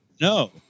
no